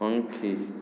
પંખી